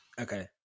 Okay